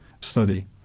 study